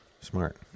Smart